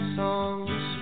songs